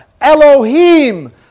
Elohim